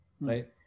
Right